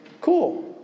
Cool